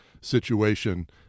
situation